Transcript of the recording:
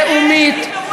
לאומית,